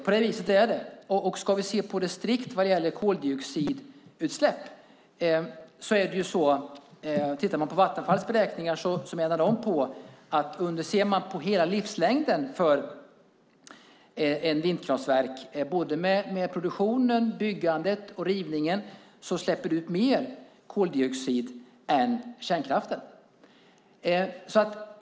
Om vi ska se strikt på koldioxidutsläppen menar Vattenfall i sina beräkningar att om man ser på hela livslängden för ett vindkraftverk - både med produktionen, byggandet och rivningen - släpper det ut mer koldioxid än kärnkraften.